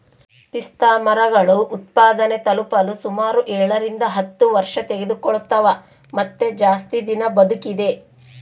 ಪಿಸ್ತಾಮರಗಳು ಉತ್ಪಾದನೆ ತಲುಪಲು ಸುಮಾರು ಏಳರಿಂದ ಹತ್ತು ವರ್ಷತೆಗೆದುಕೊಳ್ತವ ಮತ್ತೆ ಜಾಸ್ತಿ ದಿನ ಬದುಕಿದೆ